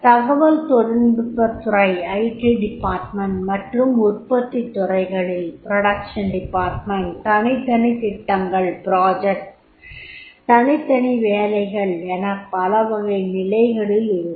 தகவல் தொழில்நுட்பத் துறை மற்றும் உற்பத்தி துறைகளில் தனித்தனி திட்டங்கள் தனித்தனி வேலைகள் என பலவகை நிலைகளில் இருக்கும்